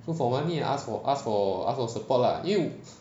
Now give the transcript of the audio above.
so for one need to ask for ask for ask our support lah 因为